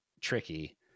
tricky